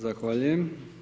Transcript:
Zahvaljujem.